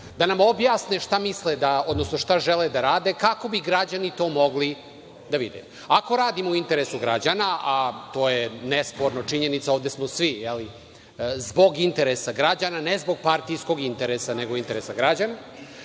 da nam objasne šta misle odnosno šta žele da rade kako bi građani to mogli da vide. Ako radimo u interesu građana, a to je nesporna činjenica, ovde smo svi zbog interesa građana, a ne zbog partijskog interesa, je da na